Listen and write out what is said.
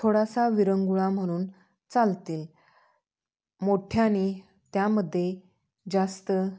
थोडासा विरंगुळा म्हणून चालतील मोठ्यानी त्यामध्ये जास्त